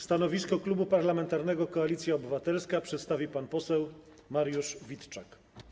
Stanowisko Klubu Parlamentarnego Koalicja Obywatelska przedstawi pan poseł Mariusz Witczak.